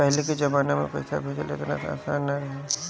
पहिले के जमाना में पईसा भेजल एतना आसान ना रहे